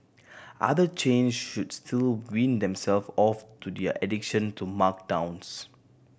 other chains should still wean themselves off to their addiction to markdowns